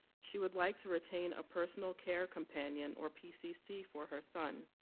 she would like to retain a personal care companion or pcc for her son,